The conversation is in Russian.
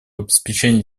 обеспечении